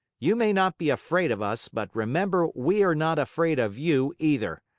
you may not be afraid of us, but remember we are not afraid of you, either!